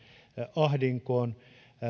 ahdinkoon